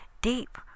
deep